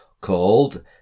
called